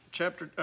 chapter